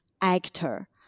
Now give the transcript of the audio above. actor